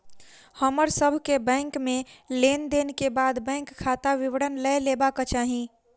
हमर सभ के बैंक में लेन देन के बाद बैंक खाता विवरण लय लेबाक चाही